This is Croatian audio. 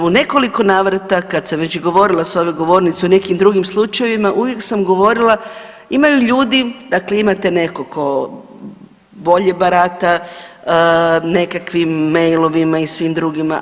U nekoliko navrata kad sam već govorila sa ove govornice o nekim drugim slučajevima uvijek sam govorila imaju ljudi, dakle imate nekog tko bolje barata nekakvim mailovima i svim drugima.